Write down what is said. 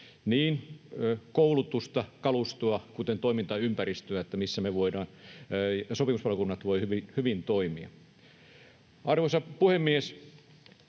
niin koulutusta, kalustoa kuin toimintaympäristöäkin, missä sopimuspalokunnat voivat hyvin toimia. Arvoisa puhemies!